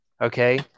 Okay